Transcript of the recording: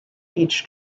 each